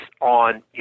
on